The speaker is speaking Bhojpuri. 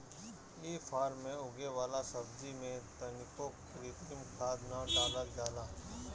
इ फार्म में उगे वाला सब्जी में तनिको कृत्रिम खाद ना डालल जाला